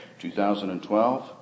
2012